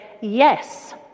yes